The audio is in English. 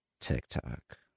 TikTok